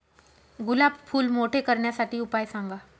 गुलाब फूल मोठे करण्यासाठी उपाय सांगा?